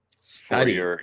Study